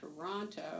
Toronto